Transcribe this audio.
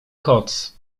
koc